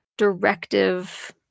directive